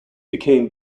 became